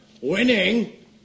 Winning